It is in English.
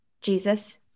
Jesus